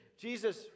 Jesus